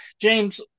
James